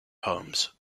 homes